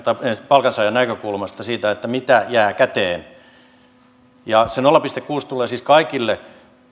palkansaajan näkökulmasta siitä mitä jää käteen se nolla pilkku kuusi tulee siis kaikille